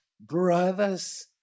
Brothers